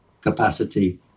capacity